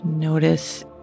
notice